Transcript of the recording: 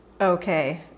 Okay